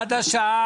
הישיבה ננעלה בשעה